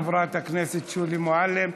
תודה לחברת הכנסת שולי מועלם.